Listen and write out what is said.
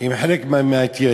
עם חלק מהמתיישבים,